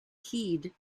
heed